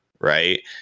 Right